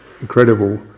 incredible